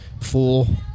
full